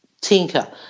tinker